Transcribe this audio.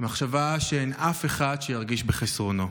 במחשבה שאין אף אחד שירגיש בחסרונו.